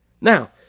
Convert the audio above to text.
Now